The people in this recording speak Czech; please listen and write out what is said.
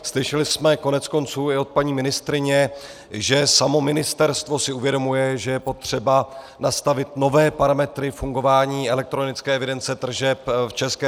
Slyšeli jsme koneckonců i od paní ministryně, že samo ministerstvo si uvědomuje, že je potřeba nastavit nové parametry fungování elektronické evidence tržeb v ČR.